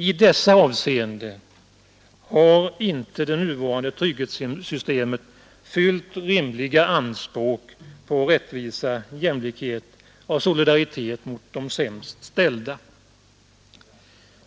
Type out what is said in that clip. I dessa avseenden har inte det nuvarande trygghetssystemet fyllt rimliga anspråk på ställda. ittvisa, jämlikhet och solidaritet mot de sämst